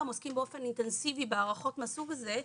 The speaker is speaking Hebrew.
עוסקים באופן אינטנסיבי בהערכות מהסוג הזה.